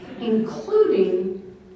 including